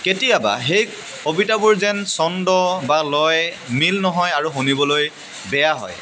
কেতিয়াবা সেই কবিতাবোৰ যেন ছন্দ বা লয় মিল নহয় আৰু শুনিবলৈ বেয়া হয়